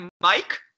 Mike